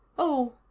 oh,